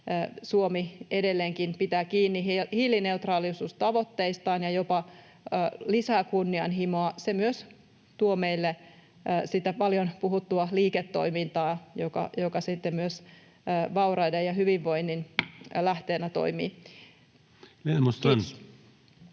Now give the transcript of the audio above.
Suomi edelleenkin pitää kiinni hiilineutraalisuustavoitteistaan ja jopa lisää kunnianhimoa. Se myös tuo meille sitä paljon puhuttua liiketoimintaa, joka sitten myös toimii vaurauden ja hyvinvoinnin lähteenä. — Kiitos.